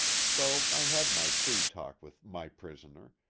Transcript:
so i had my free talk with my prisoner,